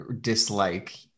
dislike